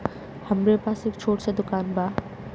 हमरे पास एक छोट स दुकान बा